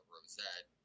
Rosette